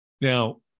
Now